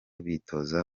bitoza